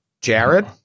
jared